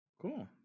Cool